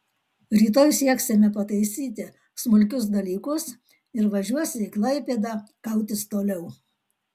rytoj sieksime pataisyti smulkius dalykus ir važiuosi į klaipėdą kautis toliau